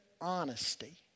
honesty